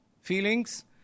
feelings